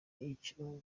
icyo